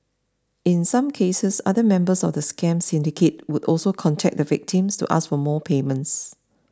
in some cases other members of the scam syndicate would also contact the victims to ask for more payments